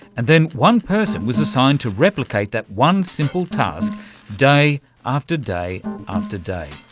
and then one person was assigned to replicate that one simple task day after day after day.